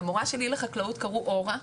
למורה שלי לחקלאות קראו אורה.